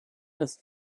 dass